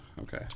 okay